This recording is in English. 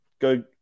Go